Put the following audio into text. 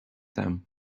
them